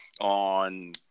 on